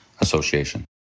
Association